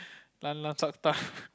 lanlan suck thumb